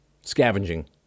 scavenging